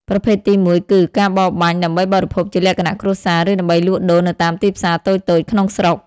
ប្រភេទទីមួយគឺ ការបរបាញ់ដើម្បីបរិភោគជាលក្ខណៈគ្រួសារ ឬដើម្បីលក់ដូរនៅតាមទីផ្សារតូចៗក្នុងស្រុក។